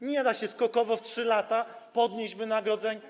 Nie da się skokowo w 3 lata podnieść wynagrodzeń.